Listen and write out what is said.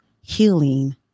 healing